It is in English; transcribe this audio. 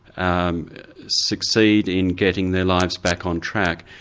um succeed in getting their lives back on track,